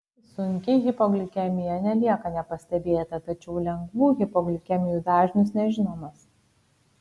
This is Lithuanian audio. sunki hipoglikemija nelieka nepastebėta tačiau lengvų hipoglikemijų dažnis nežinomas